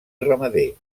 ramader